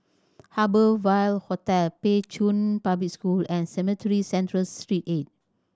Harbour Ville Hotel Pei Chun Public School and Cemetry Central Street Eight